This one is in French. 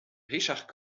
richard